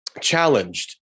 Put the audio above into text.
challenged